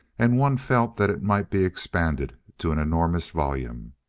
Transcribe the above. and one felt that it might be expanded to an enormous volume.